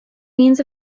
means